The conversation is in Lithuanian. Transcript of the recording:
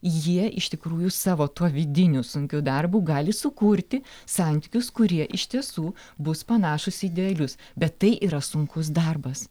jie iš tikrųjų savo tuo vidiniu sunkiu darbu gali sukurti santykius kurie iš tiesų bus panašūs į idealius bet tai yra sunkus darbas